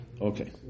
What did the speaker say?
Okay